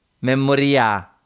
Memoria